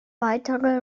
weiter